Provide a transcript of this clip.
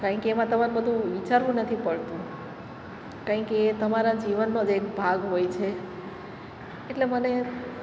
કારણ કે એમાં તમારે બધું વિચારવું નથી પડતું કારણ કે એ તમારા જીવનનો જ એક ભાગ હોય છે એટલે મને